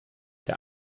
der